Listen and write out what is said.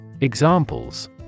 Examples